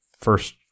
first